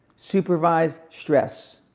supervised stress.